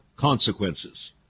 consequences